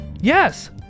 Yes